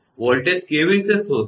voltage કેવી રીતે શોધશો